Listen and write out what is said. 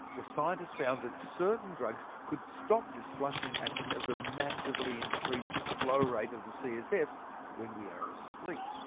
the scientists found that certain drugs could stop this flushing action of the massively increased flow rate of the csf when we are asleep.